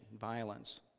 violence